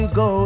go